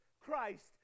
Christ